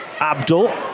Abdul